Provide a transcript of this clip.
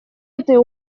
этой